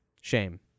Shame